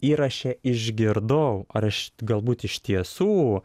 įraše išgirdau ar aš galbūt iš tiesų